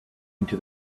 into